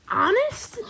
honest